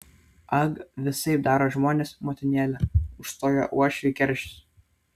ag visaip daro žmonės motinėle užstojo uošvį keršis